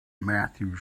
matthew